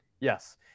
yes